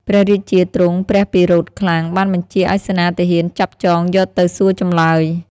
ព្រះរាជាទ្រង់ព្រះពិរោធខ្លាំង បានបញ្ជាឲ្យសេនាទាហានចាប់ចងយកទៅសួរចម្លើយ។